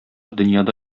дөньяда